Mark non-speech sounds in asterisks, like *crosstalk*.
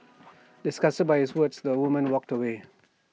*noise* disgusted by his words the woman walked away